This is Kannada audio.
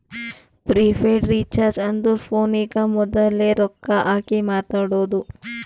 ಪ್ರಿಪೇಯ್ಡ್ ರೀಚಾರ್ಜ್ ಅಂದುರ್ ಫೋನಿಗ ಮೋದುಲೆ ರೊಕ್ಕಾ ಹಾಕಿ ಮಾತಾಡೋದು